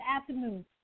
afternoon